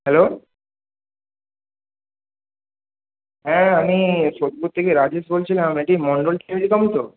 hello হ্যাঁ আমি সোদপুর থেকে রাজেশ বলছিলাম এটি মন্ডল টেলিকম তো